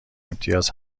امتیاز